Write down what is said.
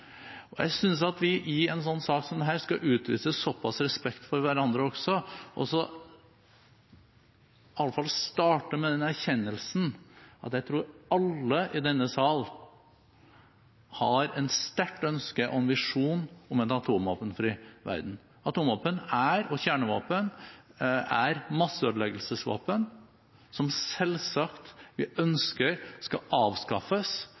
en sak som dette også skal utvise såpass respekt for hverandre at vi iallfall starter med den erkjennelsen at alle i denne sal har et sterkt ønske og en visjon om en atomvåpenfri verden. Atomvåpen og kjernevåpen er masseødeleggelsesvåpen som vi selvsagt ønsker skal avskaffes,